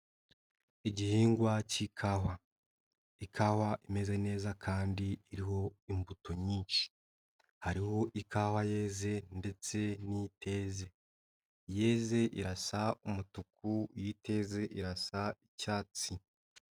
Igihingwa cy'ikawa, ikawa imeze neza kandi iriho imbuto nyinshi, hariho ikawa yeze ndetse n'iteze, iyeze irasa umutuku, iyoteze irasa icyatsi.